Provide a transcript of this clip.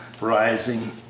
rising